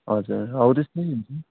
हजुर हौ त्यस्तै हुन्छ